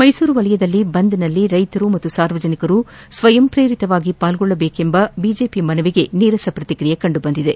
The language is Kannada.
ಮೈಸೂರು ವಲಯದಲ್ಲಿ ಬಂದ್ನಲ್ಲಿ ರೈತರು ಮತ್ತು ಸಾರ್ವಜನಿಕರು ಸ್ವಯಂ ಪ್ರೇರಿತವಾಗಿ ಪಾಲ್ಗೊಳ್ಳಬೇಕೆಂಬ ಬಿಜೆಪಿ ಮನವಿಗೆ ನೀರಸ ಪ್ರತಿಕ್ರಿಯೆ ಕಂಡುಬಂದಿದೆ